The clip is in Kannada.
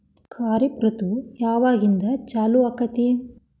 ಖಾರಿಫ್ ಋತು ಯಾವಾಗಿಂದ ಚಾಲು ಆಗ್ತೈತಿ?